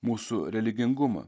mūsų religingumą